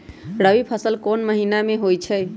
रबी फसल कोंन कोंन महिना में होइ छइ?